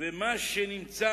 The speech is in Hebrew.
ושישה